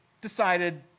decided